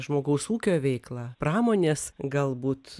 žmogaus ūkio veikla pramonės galbūt